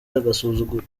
agasuzuguro